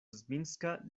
zminska